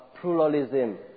pluralism